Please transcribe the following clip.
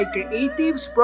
Creatives